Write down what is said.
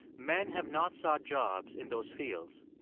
men have not sought jobs in those fields.